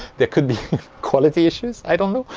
there could be quality issues i don't know.